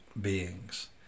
beings